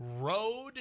road